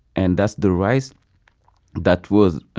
and that's the rice that was,